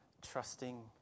trusting